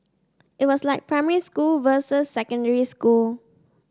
it was like primary school versus secondary school